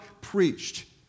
preached